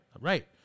right